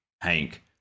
Hank